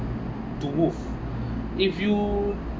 to move if you